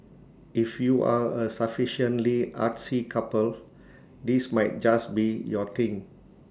if you are A sufficiently artsy couple this might just be your thing